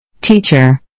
Teacher